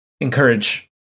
encourage